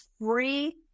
free